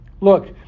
Look